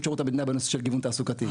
שירות המדינה בנושא של גיוון תעסוקתי.